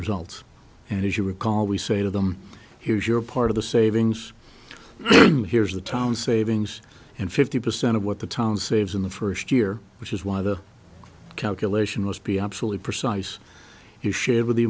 results and as you recall we say to them here's your part of the savings here's the town savings and fifty percent of what the town saves in the first year which is why the calculation must be absolutely precise you share with the